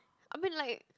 I mean like